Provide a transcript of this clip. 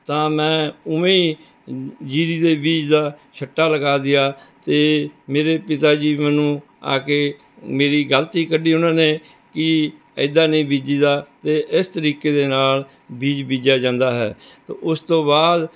ਤਾਂ ਮੈਂ ਉਵੇਂ ਜੀਰੀ ਦੇ ਬੀਜ ਦਾ ਛਿੱਟਾ ਲਗਾ ਦੀਆ ਅਤੇ ਮੇਰੇ ਪਿਤਾ ਜੀ ਮੈਨੂੰ ਆ ਕੇ ਮੇਰੀ ਗਲਤੀ ਕੱਢੀ ਉਹਨਾਂ ਨੇ ਕਿ ਏਦਾਂ ਨਹੀਂ ਬੀਜੀ ਦਾ ਅਤੇ ਇਸ ਤਰੀਕੇ ਦੇ ਨਾਲ ਬੀਜ ਬੀਜਿਆ ਜਾਂਦਾ ਹੈ ਤਾਂ ਉਸ ਤੋਂ ਬਾਅਦ